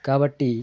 కాబట్టి